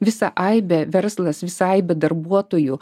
visą aibę verslas visai be darbuotojų